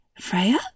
Freya